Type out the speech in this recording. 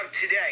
today